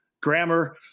grammar